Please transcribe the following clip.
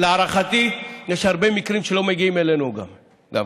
להערכתי, יש הרבה מקרים שלא מגיעים אלינו גם כן.